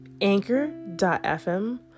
anchor.fm